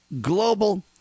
global